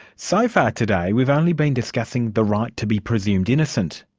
so far today, we've only been discussing the right to be presumed innocent.